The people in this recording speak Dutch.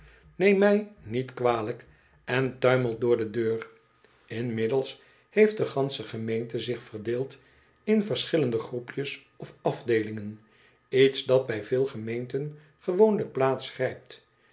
neem mij niet kwalijk en tuimelt door de deur inmiddels heeft de gansche gemeente zich verdeejd in verschillende groepjes of afdeelingen iets dat bij heel vele gemeenten